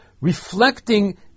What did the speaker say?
reflecting